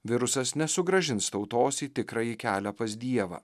virusas nesugrąžins tautos į tikrąjį kelią pas dievą